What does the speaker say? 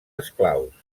esclaus